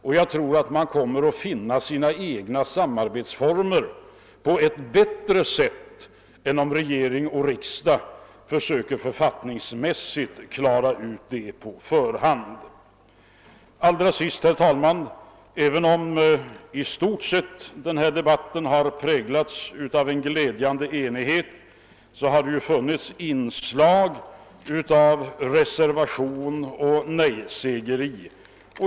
Då tror jag man kommer att finna sina egna samarbetsformer bättre än om regering och riksdag försöker författningsmässigt klara ut den saken på förhand. Herr talman! Även om denna debatt i stort sett har präglats av glädjande enighet har det ändå funnits inslag av reservation och nejsägeri.